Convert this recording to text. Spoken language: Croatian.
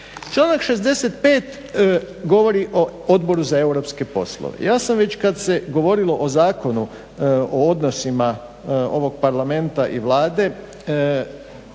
Članak 65. govori o Odboru za europske poslove. Ja sam već kad se govorilo o Zakonu o odnosima ovog parlamenta i Vlade